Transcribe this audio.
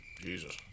Jesus